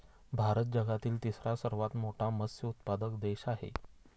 भारत जगातील तिसरा सर्वात मोठा मत्स्य उत्पादक देश आहे